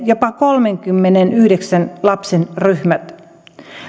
jopa kolmenkymmenenyhdeksän lapsen ryhmät